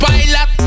Pilot